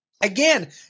again